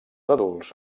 adults